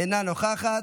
אינה נוכחת,